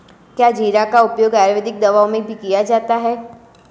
क्या जीरा का उपयोग आयुर्वेदिक दवाओं में भी किया जाता है?